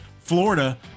Florida